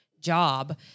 job